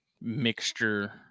mixture